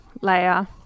layer